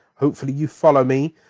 hopefully you follow me.